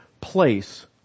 place